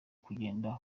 kugenda